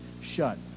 shut